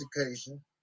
education